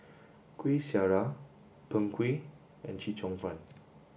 Kueh Syara Png Kueh and Chee Cheong Fun